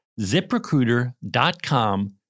ZipRecruiter.com